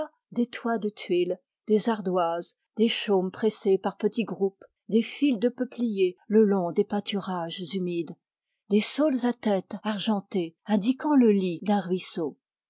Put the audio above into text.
des toits de tuiles des ardoises des chaumes pressés par petits groupes des files de peupliers le long des pâturages humides des saules à tête argentée indiquant le lit d'un ruisseau